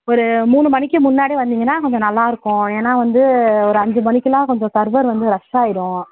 ஒரு மூணு மணிக்கு முன்னாடி வந்திங்கன்னால் கொஞ்சம் நல்லாயிருக்கும் ஏனால் வந்து ஒரு அஞ்சு மணிக்கெல்லாம் கொஞ்சம் சர்வர் வந்து ரஷ்ஷாயிடும்